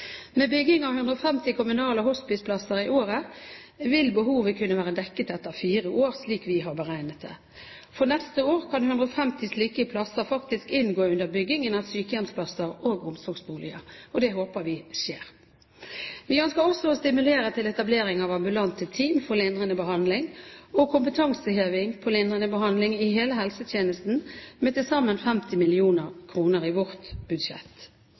Med bygging av 150 kommunale hospiceplasser i året vil behovet kunne være dekket etter fire år, slik vi har beregnet det. For neste år kan 150 slike plasser faktisk inngå under byggingen av sykehjemsplasser og omsorgsboliger. Det håper vi skjer. Vi ønsker også å stimulere til etablering av ambulante team for lindrende behandling og kompetanseheving på lindrende behandling i hele helsetjenesten med til sammen 50 mill. kr i vårt budsjett.